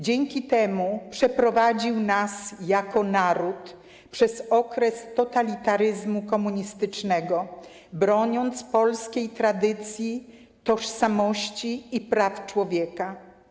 Dzięki temu przeprowadził nas jako naród przez okres totalitaryzmu komunistycznego, broniąc polskiej tradycji, tożsamości i praw człowieka.